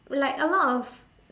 like a lot of